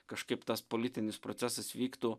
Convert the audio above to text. kažkaip tas politinis procesas vyktų